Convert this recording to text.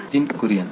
Nitin Kurian